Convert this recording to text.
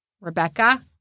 Rebecca